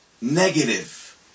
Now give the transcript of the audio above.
negative